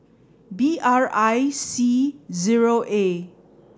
B R one C zero A